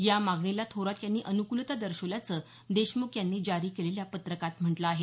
या मागणीला थोरात यांनी अनुकूलता दर्शवल्याचं देशमुख यांनी जारी केलेल्या पत्रकात म्हटल आहे